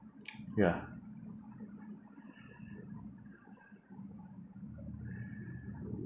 ya